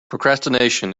procrastination